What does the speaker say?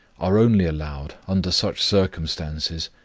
are only allowed, under such circumstances,